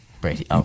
brady